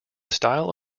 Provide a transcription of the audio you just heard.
style